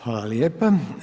Hvala lijepa.